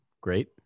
Great